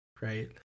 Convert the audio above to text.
right